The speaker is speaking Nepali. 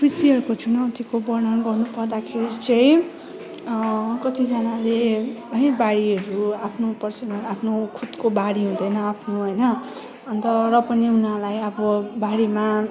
कृषिहरूको चुनौतीको वर्णन गर्नु पर्दाखेरि चाहिँ कतिजनाले है बारीहरू आफ्नो पर्नसल आफ्नो खुदको बारी हुँदैन आफ्नो होइन अन्त र पनि उनीहरूलाई अब बारीमा